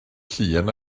llun